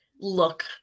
look